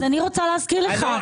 אני רוצה להזכיר לך.